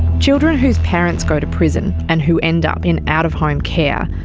children whose parents go to prison, and who end up in out-of-home care,